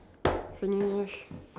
finish